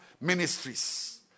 Ministries